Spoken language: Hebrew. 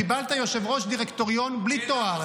קיבלת יושב-ראש דירקטוריון בלי תואר,